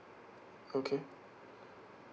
okay